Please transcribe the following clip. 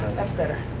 that's better.